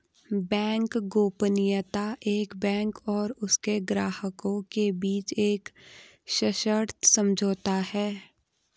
bank गोपनीयता एक bank और उसके ग्राहकों के बीच एक सशर्त समझौता है